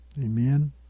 Amen